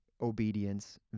obedience